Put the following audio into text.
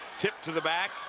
tip to the back